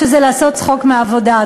שזה לעשות צחוק מהעבודה.